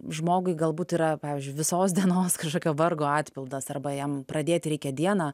žmogui galbūt yra pavyzdžiui visos dienos kažkokio vargo atpildas arba jam pradėti reikia dieną